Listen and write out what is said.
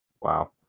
Wow